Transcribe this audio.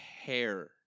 hair